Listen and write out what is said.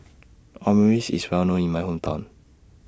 Omurice IS Well known in My Hometown